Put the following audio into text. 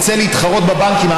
ירצה להתחרות בבנקים,